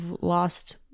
lost